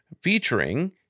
featuring